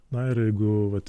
na ir jeigu vat